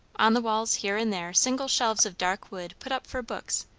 on the walls here and there single shelves of dark wood put up for books,